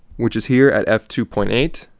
which is here at f two point eight.